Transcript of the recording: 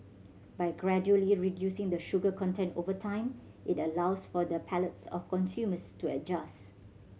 by gradually reducing the sugar content over time it allows for the palates of consumers to adjust